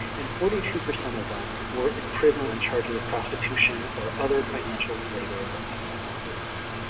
and forty two percent of them were in prison on charges of prostitution or other financial-related offenses.